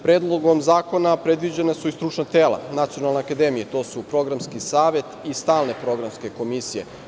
Predlogom zakona predviđena su i stručna tela Nacionalne akademije, a to su: Programski savet i stalne programske komisije.